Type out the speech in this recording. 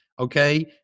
Okay